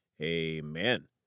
amen